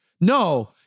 no